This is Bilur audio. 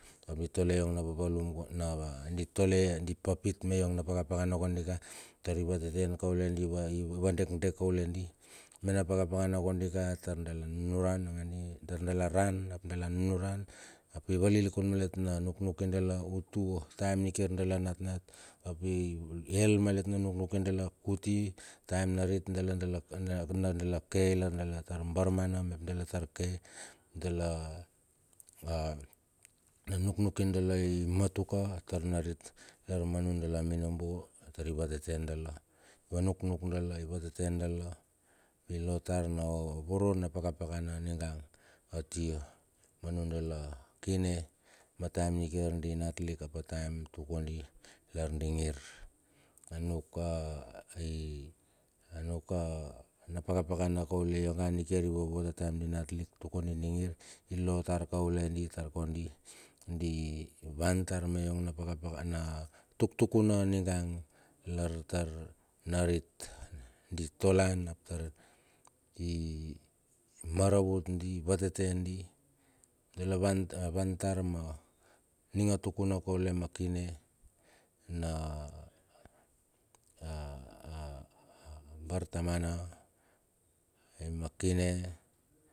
Ap di tole yong na papalum ko na va di tole di papit me iong na paka pakana kondika tari vate ten kaule di, iva dekdek kaule di. Mena paka pakana taur dala nunuran nakandi, taur dala ran ap dala nunuran ap i valilikunn malet na nuknuki dala utua a taem nikiar dala natnat ap i el malet na nuknuki dala kuti taem narit dala dala dala ke lar dalatar barmana mep dala tar ke, dala na nuknuki dala i matuka tar narit. Lar ma nudala minobo tari vateten dala, vanuknuk dala, i vateten dala, i lotar na voro na paka pakana ninga atia ma nudala kine ma taem nikiar di natlik ap a taem tuk kondi lar di ngin. A nuk a anuk a, na paka pakana kaule ionge nikiar ivovot a taem di natlik tuk kondi di ngir, ilo tar kaule di tar kondi di van tar me iong na pakapakana tuktukuna ningang lar tar narit di tolan ap tar i maravut di, vateten di, dala van van tar ma ninga tukuna kaule ma kine na bartamana ai ma kine.